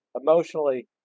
emotionally